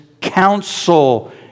counsel